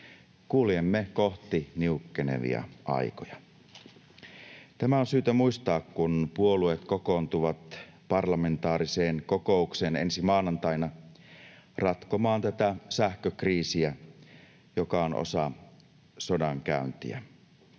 Kuljemme kohti niukkenevia aikoja. Tämä on syytä muistaa, kun puolueet kokoontuvat parlamentaariseen kokoukseen ensi maanantaina ratkomaan tätä sähkökriisiä, joka on osa sodankäyntiä.